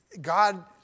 God